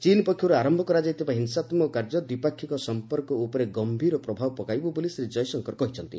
ଚୀନ୍ ପକ୍ଷରୁ ଆରମ୍ଭ କରାଯାଇଥିବା ହିଂସାତ୍ମକ କାର୍ଯ୍ୟ ଦ୍ୱିପାକ୍ଷିକ ସମ୍ପର୍କ ଉପରେ ଗମ୍ଭୀର ପ୍ରଭାବ ପକାଇବ ବୋଲି ଶ୍ରୀ ଜୟଶଙ୍କର କହିଛନ୍ତି